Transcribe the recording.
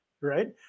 Right